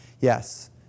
Yes